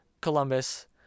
Columbus